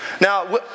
now